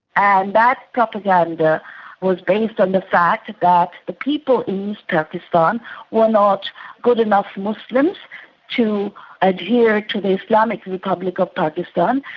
and that propaganda was based on the fact that the people in east pakistan were not good enough muslims to adhere to the islamic republic of pakistan,